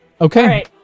Okay